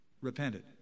repented